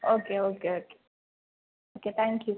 okay okay okay okay thank you